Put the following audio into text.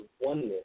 oneness